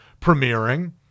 premiering